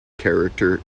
character